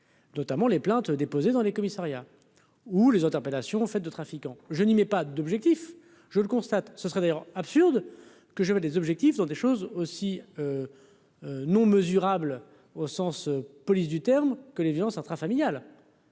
notamment les plaintes déposées dans les commissariats ou les interpellations en fait de trafiquants je n'aimais pas d'objectif, je le constate, ce serait d'ailleurs absurde que j'avais des objectifs dans des choses aussi non mesurable au sens police du terme que les violences. J'ai